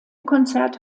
konzerte